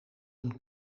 een